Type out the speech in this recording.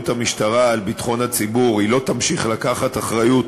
המשטרה על ביטחון הציבור היא לא תמשיך לקחת אחריות